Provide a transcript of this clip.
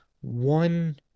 one